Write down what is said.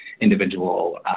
individual